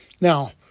Now